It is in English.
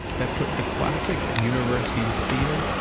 that put the classic university seal,